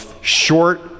short